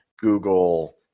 Google